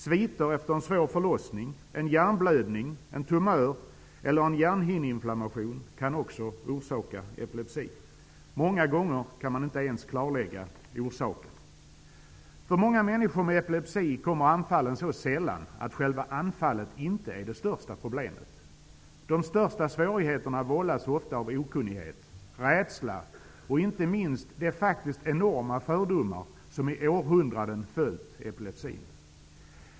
Sviter efter en svår förlossning, en hjärnblödning, en tumör eller en hjärnhinneinflammation kan också orsaka epilepsi. Många gånger kan man inte klarlägga orsaken. För många människor med epilepsi kommer anfallen så sällan att själva anfallet inte är det största problemet. De största svårigheterna vållas ofta av okunnighet, rädsla och inte minst de enorma fördomar som i århundraden har följt epilepsin.